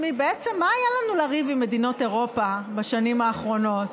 בעצם מה היה לנו לריב עם מדינות אירופה בשנים האחרונות?